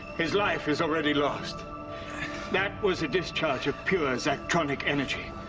his life is already lost that was a discharge of pure zectronic energy.